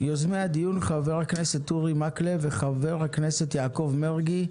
יוזמי הדיון: חבר הכנסת אורי מקלב וחבר הכנסת יעקב מרגי.